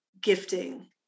gifting